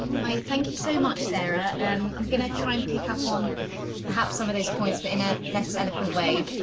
hi, thank you so much sarah. um i'm gonna try and pick up on perhaps some of those points but in a less eloquent way.